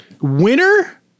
Winner